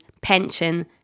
pension